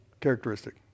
characteristic